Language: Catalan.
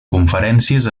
conferències